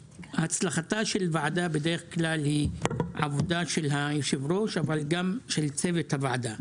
הצלחתה של ועדה בדרך כלל היא עבודה של היושב-ראש אבל גם של צוות הוועדה.